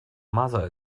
mother